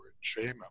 shame